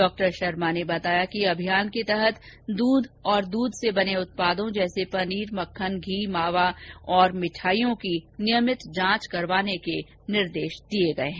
डॉ शर्मा ने बताया कि अभियान के तहत दूध और दूध से बने उत्पाद जैसे पनीर मक्खन घी मावा और मिठाइयों की नियमित जांच करवाने के निर्देश दिये गये है